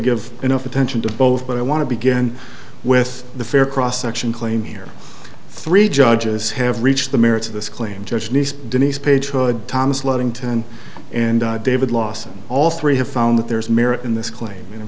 give enough attention to both but i want to begin with the fair cross section claim here three judges have reached the merits of this claim judge nice denise page good thomas ludington and david lawson all three have found that there is merit in this claim and in